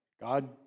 God